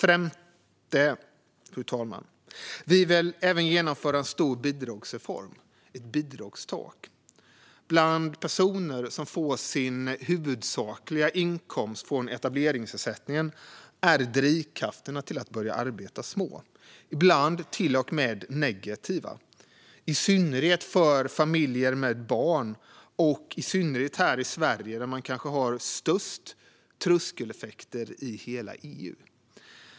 För det femte vill vi även genomföra en stor bidragsreform och införa ett bidragstak. Bland personer som får sin huvudsakliga inkomst från etableringsersättningen är drivkrafterna att börja arbeta små, ibland till och med negativa. Det gäller i synnerhet familjer med barn. Här i Sverige har vi kanske dessutom störst tröskeleffekter i hela EU.